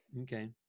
Okay